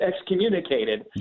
excommunicated